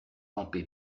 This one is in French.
campé